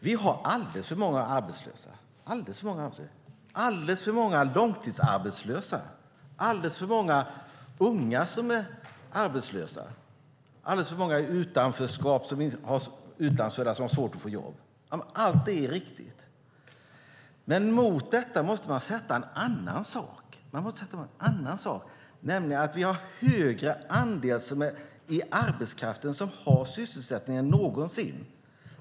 Vi har alldeles för många arbetslösa, alldeles för många långtidsarbetslösa, alldeles för många unga som är arbetslösa och alldeles för många i utanförskap, utlandsfödda som har svårt att få jobb. Allt det är riktigt. Men mot detta måste man ställa en annan sak, nämligen att vi har en högre andel som är i arbetskraft och har sysselsättning än någonsin.